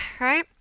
right